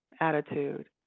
attitude